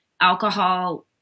alcohol